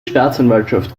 staatsanwaltschaft